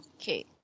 Okay